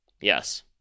Yes